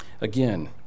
Again